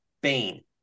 Bane